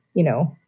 you know,